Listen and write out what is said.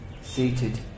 seated